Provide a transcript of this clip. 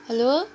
hello